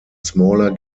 smaller